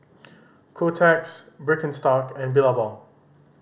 Kotex Birkenstock and Billabong